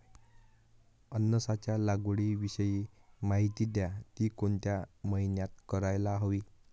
अननसाच्या लागवडीविषयी माहिती द्या, ति कोणत्या महिन्यात करायला हवी?